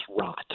rot